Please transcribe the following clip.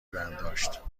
برداشت